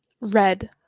red